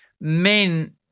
men